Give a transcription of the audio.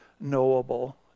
knowable